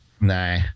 Nah